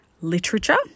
literature